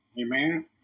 Amen